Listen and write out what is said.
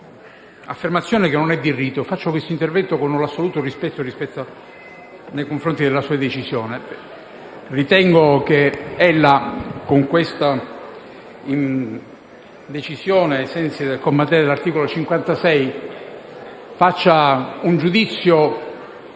un'affermazione che non è di rito. Faccio questo intervento con assoluto rispetto nei confronti della sua decisione. Ritengo che ella, con questa decisione, presa ai sensi dell'articolo 56, comma 3, del